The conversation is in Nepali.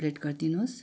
एक प्लेट गरिदिनुहोस्